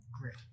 great